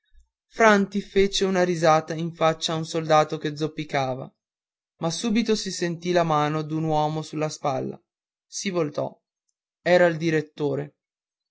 le stampelle franti fece una risata in faccia a un soldato che zoppicava ma subito si sentì la mano d'un uomo sulla spalla si voltò era il direttore